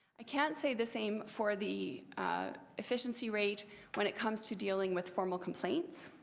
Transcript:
i can't say the same for the efficiency rate when it comes to dealing with formal complaints.